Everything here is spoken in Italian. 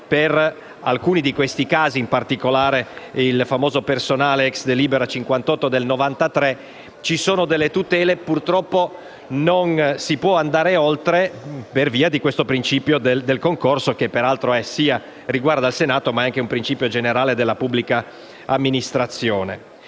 per alcuni di questi casi, in particolare il famoso personale *ex* delibera n. 58 del 1993. Purtroppo, non si può andare oltre per via del principio del concorso che peraltro riguarda il Senato, ma è anche un principio generale della pubblica amministrazione.